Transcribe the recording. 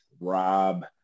Rob